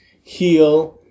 heal